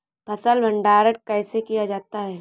फ़सल भंडारण कैसे किया जाता है?